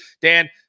Dan